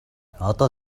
одоо